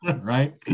right